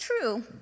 true